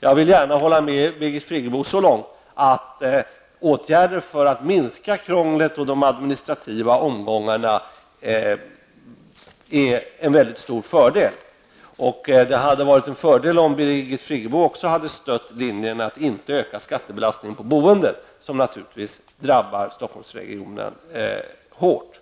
Jag vill gärna hålla med Birgit Friggebo så långt, att åtgärder för att minska krånglet och de administrativa omgångarna ger en mycket stor fördel. Det hade varit en fördel om Birgit Friggebo också hade stött linjen att inte öka skattebelastningen på boendet, som naturligtvis drabbar Stockholmsregionen hårt.